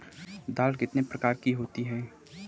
दाल कितने प्रकार की होती है?